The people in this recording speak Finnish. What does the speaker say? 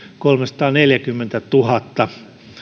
kolmesataaneljäkymmentätuhatta